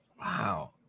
Wow